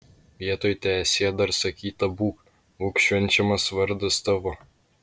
vietoj teesie dar sakyta būk būk švenčiamas vardas tavo